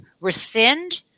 rescind